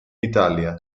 italia